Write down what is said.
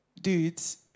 dudes